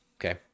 okay